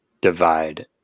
divide